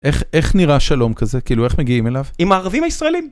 איך נראה שלום כזה? כאילו, איך מגיעים אליו? עם הערבים הישראלים.